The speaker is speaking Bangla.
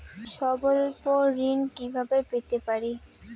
স্বল্প ঋণ কিভাবে পেতে পারি?